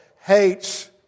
hates